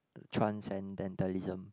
transcendentalism